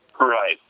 Right